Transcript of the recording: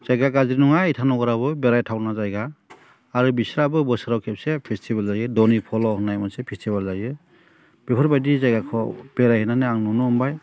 जायगाया गाज्रि नङा इटानगराबो बेरायथावना जायगा आरो बिसोरहाबो बोसोराव खेबसे फेसटिभेल जायो दनि फल' होननाय मोनसे फेसटभेल जायो बेफोरबायदि जायगाखौ बेरायहैनानै आं नुनो मोनबायि